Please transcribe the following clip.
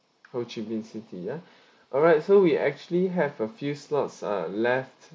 ho chi minh city ya alright so we actually have a few slots uh left